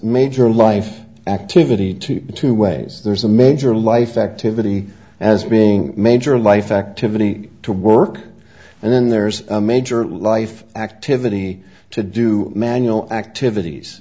major life activity to two ways there's a major life activity as being major life activity to work and then there's a major life activity to do manual activities